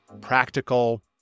practical